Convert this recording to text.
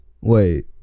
Wait